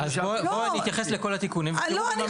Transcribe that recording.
אני אתייחס לכל התיקונים ותראו במה מדובר.